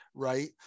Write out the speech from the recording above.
Right